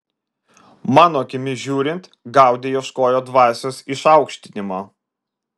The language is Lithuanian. mano akimis žiūrint gaudi ieškojo dvasios išaukštinimo